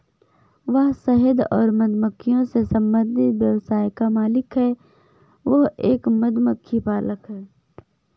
वह शहद और मधुमक्खियों से संबंधित व्यवसाय का मालिक है, वह एक मधुमक्खी पालक है